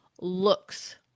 looks